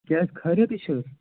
کیٛازِ خیریَتٕے چھِ حظ